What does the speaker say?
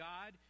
God